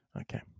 okay